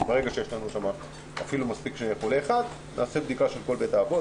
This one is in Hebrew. גם כשיש רק חולה אחד נעשית בדיקה של כל בית האבות.